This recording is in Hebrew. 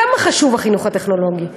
כמה חשוב החינוך הטכנולוגי,